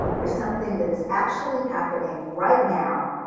for something that is actually happening right now,